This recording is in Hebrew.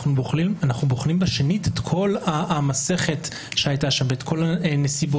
אנחנו בוחנים בשנית את כל המסכת שהייתה שם ואת כל הנסיבות,